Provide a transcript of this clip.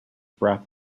breath